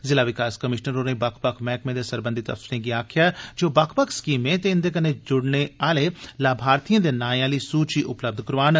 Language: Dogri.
जिला विकास कमिशनर होरें बक्ख बक्ख मैह्कमें दे सरबंघत अफसरें गी आखेआ जे ओह् बक्ख बक्ख स्कीमें ते इंदे कन्नै जुड़ने आह्ले लाभार्थिएं दे नाएं आह्ली सूची उपलब्य करोआन